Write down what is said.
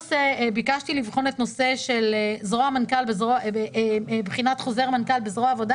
ביקשתי לבחון את הנושא של חוזר מנכ"ל זרוע עבודה